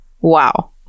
Wow